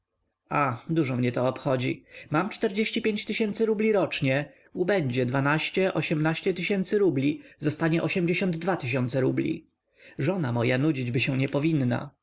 ach dużo mnie to obchodzi mam czterdzieści tysięcy rubli rocznie udzie dwanaście rubli zostanie tysięcy rubli żona moja nudzićby się nie powinna